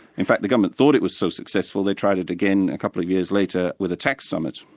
in fact the government thought it was so successful they tried it again a couple of years later with a tax summit,